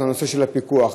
את הנושא של הפיקוח.